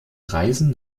reisen